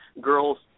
girls